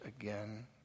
again